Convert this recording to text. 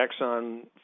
Exxon